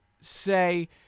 say